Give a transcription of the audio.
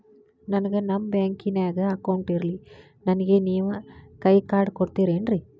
ನನ್ಗ ನಮ್ ಬ್ಯಾಂಕಿನ್ಯಾಗ ಅಕೌಂಟ್ ಇಲ್ರಿ, ನನ್ಗೆ ನೇವ್ ಕೈಯ ಕಾರ್ಡ್ ಕೊಡ್ತಿರೇನ್ರಿ?